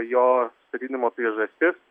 jo atsistatydinimo priežastis